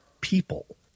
people